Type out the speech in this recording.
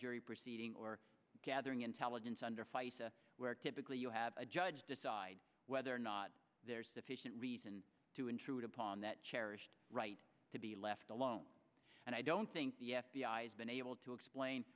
jury proceeding or gathering intelligence under fire where typically you have a judge decide whether or not there is sufficient reason to intrude upon that cherished right to be left alone and i don't think the f b i has been able to explain